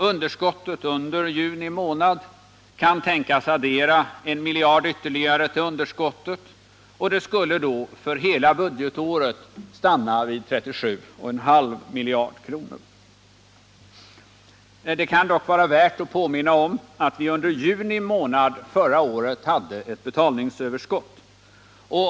Underskottet under juni månad kan tänkas addera ytterligare 1 miljard till underskottet, och det skulle då för hela budgetåret stanna vid 37,5 miljarder kronor. Det kan dock vara värt att påminna om att vi under juni månad förra året hade ett betalningsöverskott.